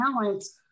balance